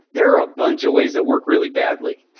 there are a bunch of ways that work really badly.